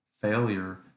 failure